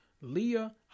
Leah